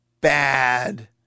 bad